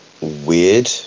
weird